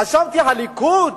חשבתי שהליכוד